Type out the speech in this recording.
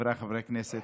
חבריי חברי הכנסת